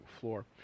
Floor